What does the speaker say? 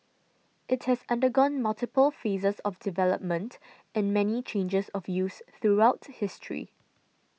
it has undergone multiple phases of development and many changes of use throughout history